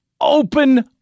open